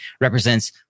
represents